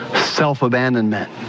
self-abandonment